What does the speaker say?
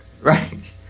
Right